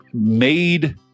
made